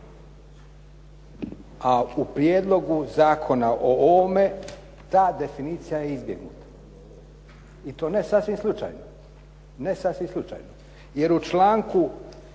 a u prijedlogu zakona o ovome ta definicija je izbjegnuta i to ne sasvim slučajno. Ne sasvim